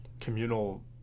communal